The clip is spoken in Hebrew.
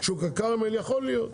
שוק הכרמל - יכול להיות.